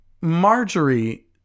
Marjorie